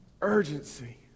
urgency